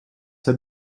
had